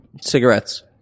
Cigarettes